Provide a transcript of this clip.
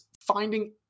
finding